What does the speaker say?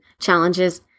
challenges